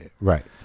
right